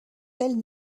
celles